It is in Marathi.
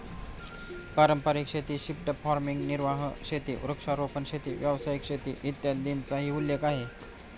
पारंपारिक शेती, शिफ्ट फार्मिंग, निर्वाह शेती, वृक्षारोपण शेती, व्यावसायिक शेती, इत्यादींचाही उल्लेख आहे